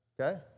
okay